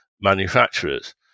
manufacturers